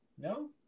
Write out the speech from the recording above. No